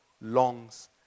longs